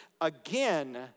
again